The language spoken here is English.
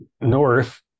north